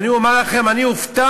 אני אומר לכם, אני הופתעתי,